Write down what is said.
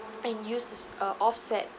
and used as a offset